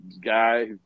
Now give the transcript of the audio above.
guy